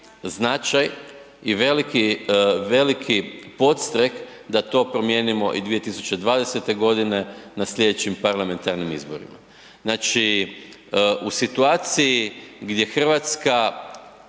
značaj i veliki podstrek da to promijenimo i 2020. godine na sljedećim parlamentarnim izborima. Znači u situaciji gdje Hrvatska